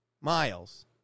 Miles